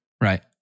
Right